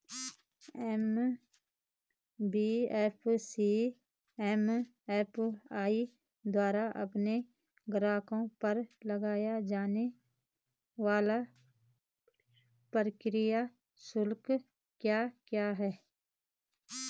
NBFC MFI द्वारा अपने ग्राहकों पर लगाए जाने वाले प्रक्रिया शुल्क क्या क्या हैं?